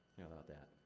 about that?